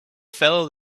fellow